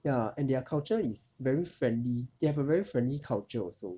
ya and their culture is very friendly they have a very friendly culture also